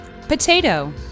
potato